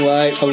Light